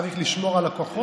צריך לשמור על הכוחות.